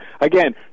again